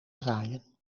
draaien